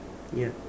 ya